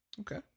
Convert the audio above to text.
Okay